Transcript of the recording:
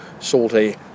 salty